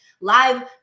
live